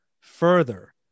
further